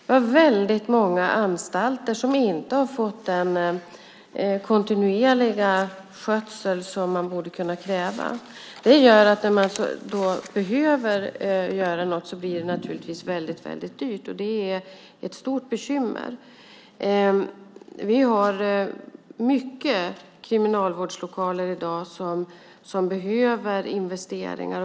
Vi har väldigt många anstalter som inte har fått den kontinuerliga skötsel som man borde kunna kräva. Det gör att när man behöver göra någonting blir det naturligtvis väldigt dyrt. Det är ett stort bekymmer. Vi har mycket kriminalvårdslokaler i dag som behöver investeringar.